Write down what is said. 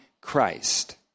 Christ